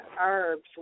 herbs